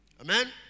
Amen